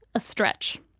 a stretch.